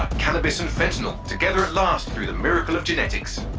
cannabis and fentanyl, together at last through the miracle of genetics.